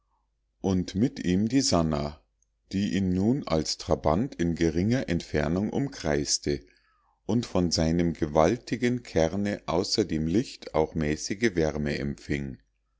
und mit ihm die sannah die ihn nun als trabant in geringer entfernung umkreiste und von seinem gewaltigen kerne außer dem licht auch mäßige wärme empfing